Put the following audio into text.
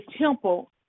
temple